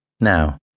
Now